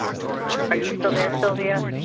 are you still there, silvia?